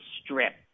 Strip